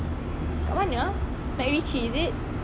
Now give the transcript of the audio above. kat mana ah macritchie is it